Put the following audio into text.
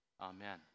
Amen